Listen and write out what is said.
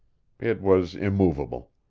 it was immovable.